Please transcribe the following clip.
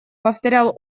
повторял